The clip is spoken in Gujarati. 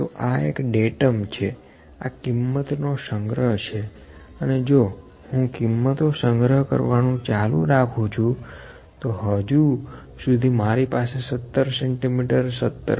તોઆં એક ડેટમ છેઆં કિંમતનો સંગ્રહ છે અને જો હું કિંમતો સંગ્રહ કરવાનું ચાલુ રાખું છું તો હજુ સુધી મારી પાસે 17cm 17